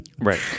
Right